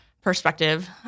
perspective